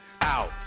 out